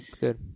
good